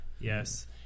Yes